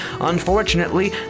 unfortunately